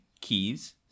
Keys